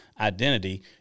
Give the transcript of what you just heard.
identity